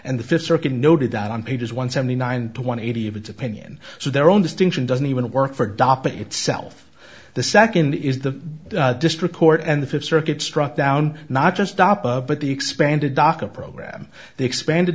and the fifth circuit noted on pages one seventy nine two hundred eighty of it's opinion so their own distinction doesn't even work for dop itself the second is the district court and the fifth circuit struck down not just stop but the expanded docket program the expanded